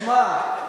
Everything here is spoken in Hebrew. שמע,